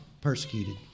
Persecuted